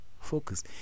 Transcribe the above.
Focus